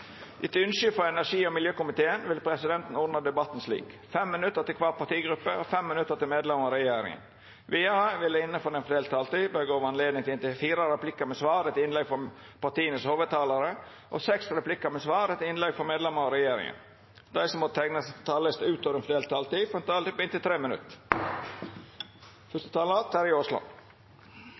Etter ynske frå energi- og miljøkomiteen vil presidenten ordna debatten slik: 5 minutt til kvar partigruppe og 5 minutt til medlemer av regjeringa. Vidare vil det – innanfor den fordelte taletida – verta gjeve anledning til inntil fire replikkar med svar etter innlegg frå hovudtalarane til partia og seks replikkar med svar etter innlegg frå medlemer av regjeringa. Vidare vil dei som måtte teikna seg på talarlista utover den fordelte taletida, få ei taletid på inntil 3 minutt.